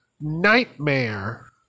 nightmare